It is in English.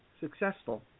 successful